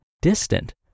distant